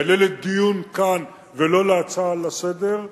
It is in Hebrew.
יעלה לדיון כאן ולא בהצעה לסדר-היום,